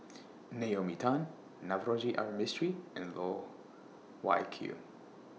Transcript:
Naomi Tan Navroji R Mistri and Loh Wai Kiew